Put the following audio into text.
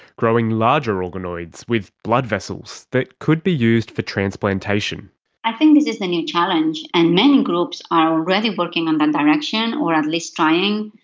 growing larger organoids with blood vessels that could be used for transplantation i think this is the new challenge, and many groups are already working and in that direction or at least trying.